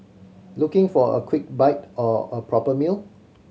looking for a quick bite or a proper meal